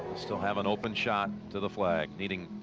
still have an open shot to the flag. needing